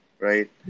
right